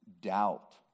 doubt